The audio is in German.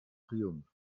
triumph